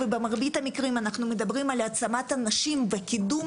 ובמרבית המקרים אנחנו מדברים על העצמת הנשים וקידום